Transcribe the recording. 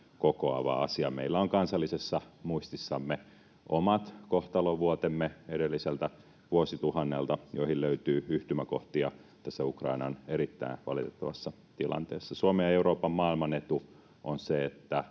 kokoava asia. Meillä on kansallisessa muistissamme edelliseltä vuosituhannelta omat kohtalonvuotemme, joihin löytyy yhtymäkohtia tässä Ukrainan erittäin valitettavassa tilanteessa. Suomen, Euroopan ja maailman etu on se, että